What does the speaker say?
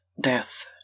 death